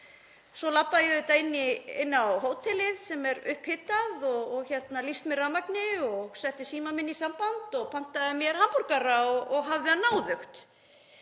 Svo labbaði ég auðvitað inn á hótelið sem er upphitað og lýst með rafmagni og setti símann minn í samband og pantaði mér hamborgara og hafði það náðugt.